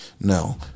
No